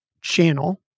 channel